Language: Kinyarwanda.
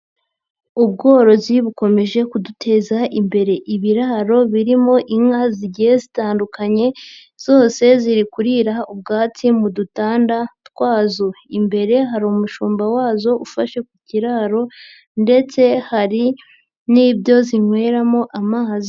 Ubworozi bukomeje kuduteza imbere, ibiraro birimo inka zigiye zitandukanye zose ziri kurira ubwatsi mu dutanda twazo, imbere hari umushumba wazo ufashe ku kiraro ndetse hari n'ibyo zinyweramo amazi.